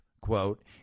quote